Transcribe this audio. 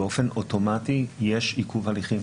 באופן אוטומטי יש עיכוב הליכים.